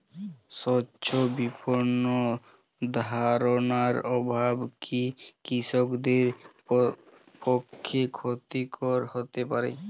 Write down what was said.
স্বচ্ছ বিপণন ধারণার অভাব কি কৃষকদের পক্ষে ক্ষতিকর হতে পারে?